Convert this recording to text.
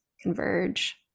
converge